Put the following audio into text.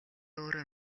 өөрөө